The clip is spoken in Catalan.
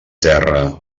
terra